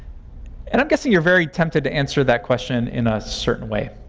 and i'm guessing you're very tempted to answer that question in a certain way.